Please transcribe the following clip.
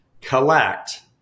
collect